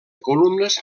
columnes